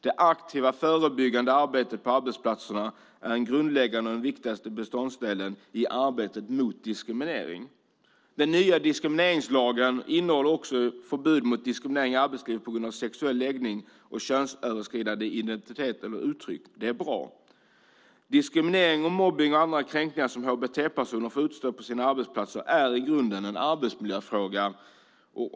Det aktiva förebyggande arbetet på arbetsplatserna är en grundläggande och viktig beståndsdel i arbetet mot diskriminering. Den nya diskrimineringslagen innehåller också förbud mot diskriminering i arbetslivet på grund av sexuell läggning och könsöverskridande identitet eller uttryck. Det är bra. Diskriminering, mobbning och annan kränkning som hbt-personer får utstå på sina arbetsplatser är i grunden en arbetsmiljöfråga.